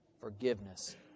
forgiveness